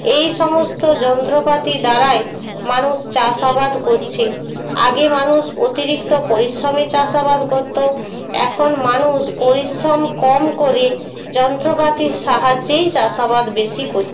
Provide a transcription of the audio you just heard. এই সমস্ত যন্ত্রপাতি দ্বারাই মানুষ চাষাবাদ করছে আগে মানুষ অতিরিক্ত পরিশ্রমে চাষাবাদ করতো এখন মানুষ পরিশ্রম কম করে যন্ত্রপাতির সাহায্যেই চাষাবাদ বেশি করে